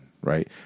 right